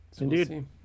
Indeed